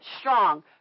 strong